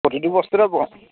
প্ৰতিটো বস্তুৰে